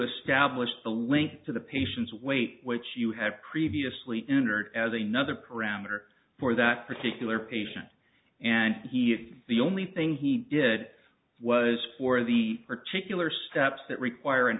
a stablished the link to the patients weight which you have previously entered as another parameter for that particular patient and he the only thing he did was for the particular steps that require an